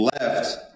left